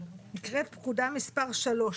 נקראת פקודה מס' 3,